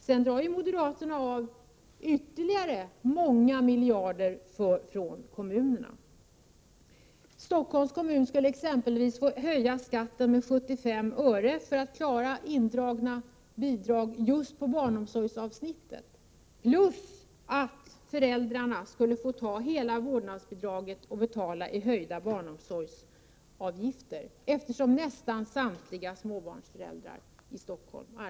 Sedan tar moderaterna ytterligare många miljarder från kommunerna. Stockholms kommun skulle exempelvis få höja skatten med 75 öre för att klara indragna bidrag just på barnomsorgsavsnittet plus att föräldrarna skulle få ta hela vårdnadsbidraget för att betala höjda barnomsorgsavgifter, eftersom nästan samtliga småbarnsföräldrar i Stockholm arbetar.